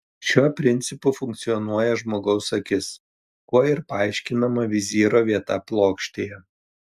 šiuo principu funkcionuoja žmogaus akis kuo ir paaiškinama vizyro vieta plokštėje